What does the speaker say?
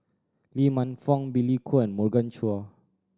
Lee Man Fong Billy Koh and Morgan Chua